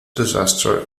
disaster